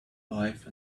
life